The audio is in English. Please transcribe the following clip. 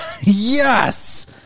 Yes